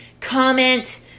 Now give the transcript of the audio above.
comment